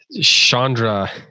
Chandra